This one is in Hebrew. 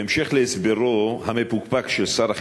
בהמשך להסברו המפוקפק של שר החינוך,